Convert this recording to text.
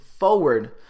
forward